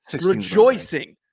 rejoicing